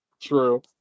True